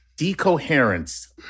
Decoherence